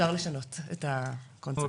אפשר לשנות את הקונספט.